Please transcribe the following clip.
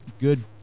good